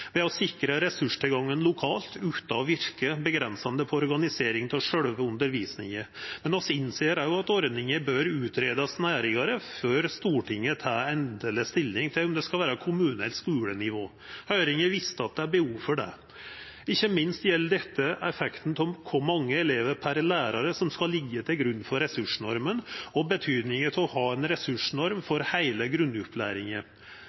ressurstilgangen lokalt utan at det verkar avgrensande på organiseringa av sjølve undervisninga. Men vi innser òg at ordninga bør utgreiast nærare før Stortinget tek endeleg stilling til om norma skal vera på kommune- eller skulenivå. Høyringa viste at det er behov for det. Ikkje minst gjeld dette effekten av kor mange elevar per lærar som skal liggja til grunn for ressursnorma, og betydninga av å ha ei ressursnorm